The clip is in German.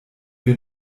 wir